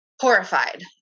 horrified